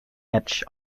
edge